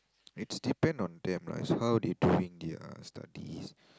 it's depend on them lah it's how they doing their studies